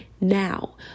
now